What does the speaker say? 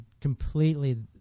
completely